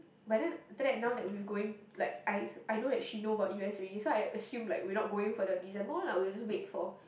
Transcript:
but then after that now that we've going like I I know that she know about U_S already so I assume like we're not going for the December lah we were just wait for